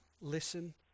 listen